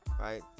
right